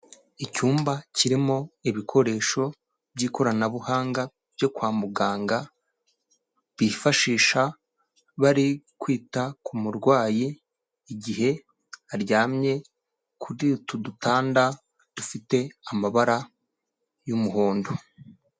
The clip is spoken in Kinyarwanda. Icyumba kirimo ibikoresho by'ikoranabuhanga byo kwa muganga, bifashisha bari kwita ku murwayi, igihe aryamye kuri utu dutanda dufite amabara y'umuhondo.